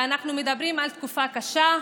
ואנחנו מדברים על תקופה קשה,